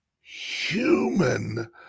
human